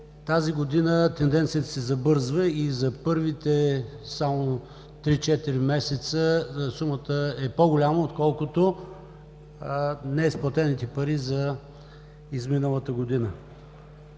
тази година тенденцията се забързва, и за първите само 3 – 4 месеца сумата е по-голяма, отколкото неизплатените пари за изминалата година.